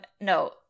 No